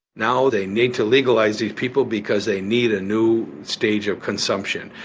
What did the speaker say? now they need to legalize these people because they need a new stage of consumption.